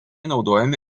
naudojami